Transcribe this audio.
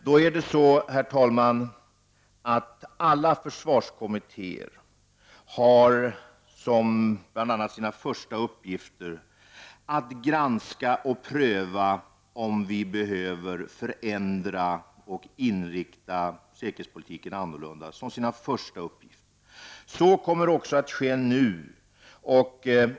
Det är så, herr talman, att alla försvarskommittéer har som en av sina första uppgifter att granska och pröva om vi behöver förändra säkerhetspolitiken och ge den en annan inriktning. Detta är alltså en av de första uppgifterna. Så kommer också att ske nu.